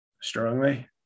Strongly